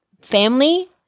family